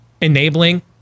enabling